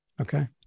Okay